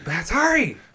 sorry